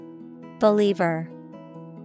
Believer